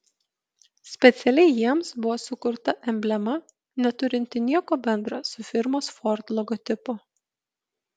specialiai jiems buvo sukurta emblema neturinti nieko bendra su firmos ford logotipu